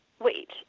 Wait